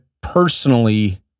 personally